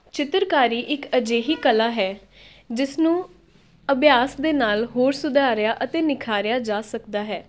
ਚਿੱਤਰਕਾਰੀ ਇੱਕ ਅਜਿਹੀ ਕਲਾ ਹੈ ਜਿਸ ਨੂੰ ਅਭਿਆਸ ਦੇ ਨਾਲ ਹੋਰ ਸੁਧਾਰਿਆ ਅਤੇ ਨਿਖਾਰਿਆ ਜਾ ਸਕਦਾ ਹੈ